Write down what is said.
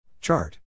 Chart